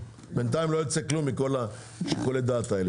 בינתיים לא יוצא כלום מכל שיקולי הדעת האלה.